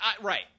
right